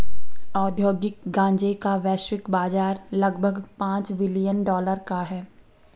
औद्योगिक गांजे का वैश्विक बाजार लगभग पांच बिलियन डॉलर का है